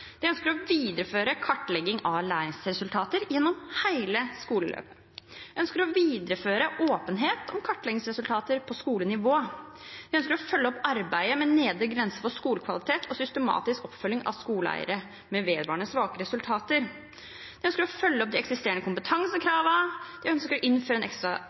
ønsker å videreføre kartlegging av læringsresultater gjennom hele skoleløpet videreføre åpenhet om kartleggingsresultater på skolenivå følge opp arbeidet med nedre grense for skolekvalitet og systematisk oppfølging av skoleeiere med vedvarende svake resultater følge opp de eksisterende kompetansekravene innføre en ekstra skoletime med realfag starte arbeidet med ekstra